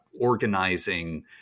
organizing